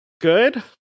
good